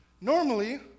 Normally